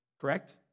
correct